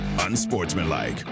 Unsportsmanlike